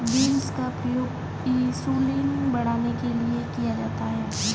beans का प्रयोग insulin बढ़ाने के लिए किया जाता है